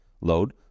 load